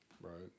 Right